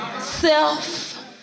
Self